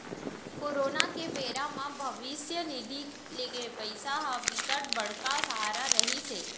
corona के बेरा म भविस्य निधि के पइसा ह बिकट बड़का सहारा रहिस हे